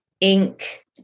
ink